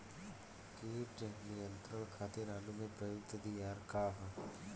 कीट नियंत्रण खातिर आलू में प्रयुक्त दियार का ह?